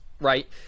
right